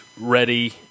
ready